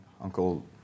Uncle